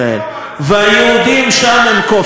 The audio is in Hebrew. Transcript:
והיהודים שם הם כובשים,